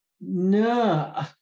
No